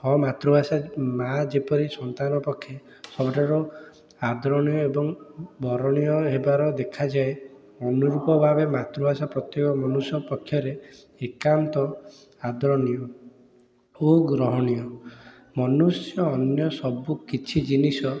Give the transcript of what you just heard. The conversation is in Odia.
ହଁ ମାତୃଭାଷା ମାଆ ଯେପରି ସନ୍ତାନ ପକ୍ଷେ ସବୁଠାରୁ ଆଦରଣୀୟ ଏବଂ ଭରଣୀୟ ହେବାର ଦେଖାଯାଏ ଅନୁରୂପ ଭାବେ ମାତୃଭାଷା ପ୍ରତ୍ୟେକ ମନୁଷ୍ୟ ପକ୍ଷରେ ଏକାନ୍ତ ଆଦରଣୀୟ ଓ ଗ୍ରହଣୀୟ ମନୁଷ୍ୟ ଅନ୍ୟ ସବୁ କିଛି ଜିନିଷ